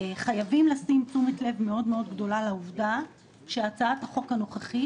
חייבים לשים תשומת לב מאוד-מאוד גדולה לעובדה שהצעת החוק הנוכחית